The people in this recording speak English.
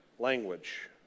language